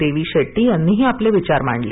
देवी शेट्टी यांनीही आपले विचार मांडले